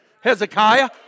Hezekiah